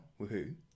woohoo